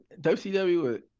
WCW